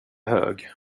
hög